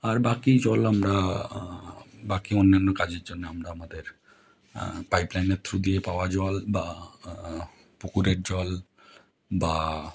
আর বাকি জল আমরা বাকি অন্যান্য কাজের জন্য আমরা আমাদের পাইপ লাইনের থ্রু দিয়ে পাওয়া জল বা পুকুরের জল বা